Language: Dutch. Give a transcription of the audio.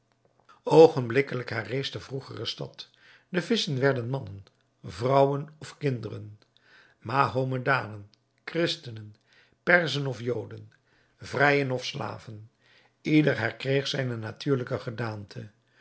oogenblikkelijk herrees de vroegere stad de visschen werden mannen vrouwen of kinderen mahomedanen christenen perzen of joden vrijen of slaven ieder herkreeg zijne natuurlijke gedaante